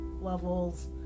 levels